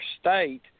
state